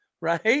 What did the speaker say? right